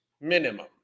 minimum